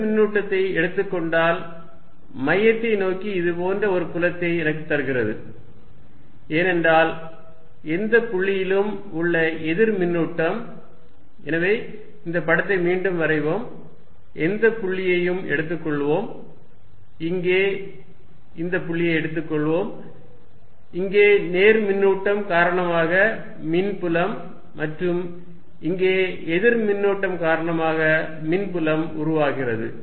எதிர்மின்னூட்டத்தை எடுத்துக்கொண்டால் மையத்தை நோக்கி இது போன்ற ஒரு புலத்தை எனக்குத் தருகிறது ஏனென்றால் எந்தப் புள்ளியிலும் உள்ள எதிர் மின்னூட்டம் எனவே இந்த படத்தை மீண்டும் வரைவோம் எந்த புள்ளியையும் எடுத்துக்கொள்வோம் இங்கே இந்தப் புள்ளியை எடுத்துக்கொள்வோம் இங்கே நேர்மின்னூட்டம் காரணமாக மின்புலம் மற்றும் இங்கே எதிர்மின்னூட்டம் காரணமாக மின்புலம் உருவாகிறது